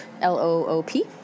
L-O-O-P